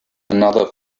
another